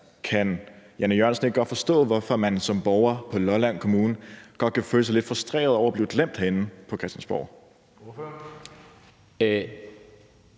kan Jan E. Jørgensen ikke godt forstå, hvorfor man som borger i Lolland Kommune godt kan føle sig lidt frustreret over at blive glemt herinde på Christiansborg?